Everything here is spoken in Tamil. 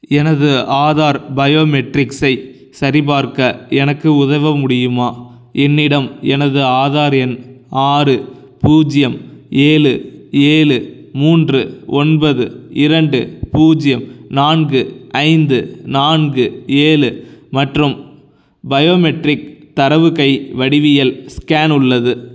எனது ஆதார் பயோமெட்ரிக்ஸை சரிபார்க்க எனக்கு உதவ முடியுமா என்னிடம் எனது ஆதார் எண் ஆறு பூஜ்ஜியம் ஏழு ஏழு மூன்று ஒன்பது இரண்டு பூஜ்ஜியம் நான்கு ஐந்து நான்கு ஏழு மற்றும் பயோமெட்ரிக் தரவு கை வடிவியல் ஸ்கேன் உள்ளது